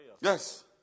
Yes